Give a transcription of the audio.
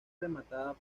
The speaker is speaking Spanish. rematada